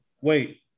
Wait